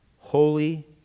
holy